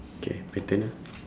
K my turn ah